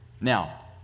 Now